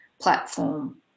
platform